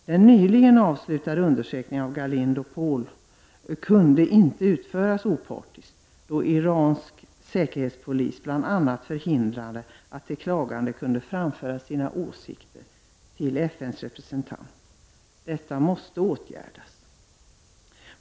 Den nyligen avslutade undersökningen av Galindo Pohl kunde inte utföras opartiskt, då iransk säkerhetspolis bl.a. hindrade de klagande från att framföra sina åsikter till FNs representant. Detta måste åtgärdas.